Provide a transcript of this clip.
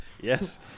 Yes